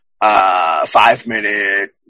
five-minute